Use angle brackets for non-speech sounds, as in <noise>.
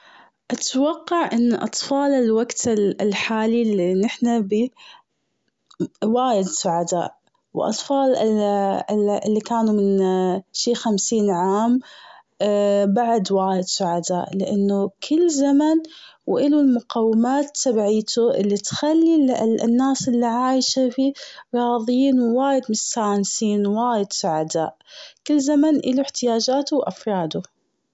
اتوقع إن أطفال الوقت الحالي اللي نحنا بيه وايد سعداء، و أطفال ال- اللي كانوا من <hesitation> شي خمسين عام <hesitation> بعد وايد سعداء، لأنه كل زمن و إله المقومات تبعيته اللي تخلي ناس اللي عايشة فيه راضيين و وايد مستانسين وايد سعداء. كل زمن إله احتياجاته و أفراده.